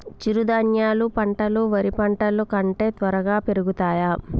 చిరుధాన్యాలు పంటలు వరి పంటలు కంటే త్వరగా పెరుగుతయా?